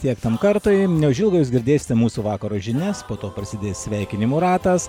tiek tam kartui neužilgo jūs girdėsite mūsų vakaro žinias po to prasidės sveikinimų ratas